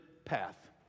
path